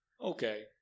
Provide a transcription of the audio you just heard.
Okay